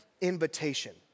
invitation